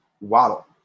Waddle